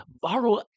borrow